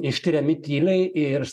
ištiriami tyliai ir